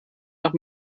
nach